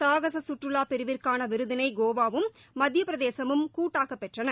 சாகச சுற்றுவா பிரிவிற்கான விருதினை கோவாவும் மத்தியப் பிரதேசமும் கூட்டாக பெற்றன